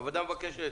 הוועדה מבקשת